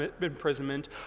imprisonment